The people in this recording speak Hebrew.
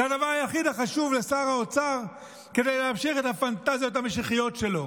זה הדבר היחיד החשוב לשר האוצר כדי להמשיך את הפנטזיות המשיחיות שלו.